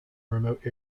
remote